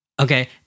Okay